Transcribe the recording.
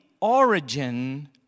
origin